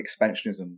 expansionism